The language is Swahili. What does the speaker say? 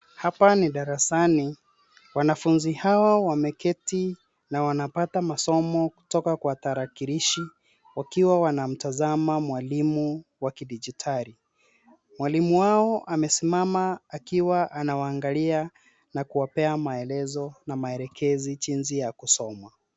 Hapa ni darasani, wanafunzi hawa wameketi na wanapata masomo kutoka kwa tarakilishi wakiwa wanamtazama mwalimu wa kidijitali. Mwalimu wao amesimama akiwa anawaangalia na kuwapea maelezo na maelekezi jinsi ya kusoma.